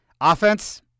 Offense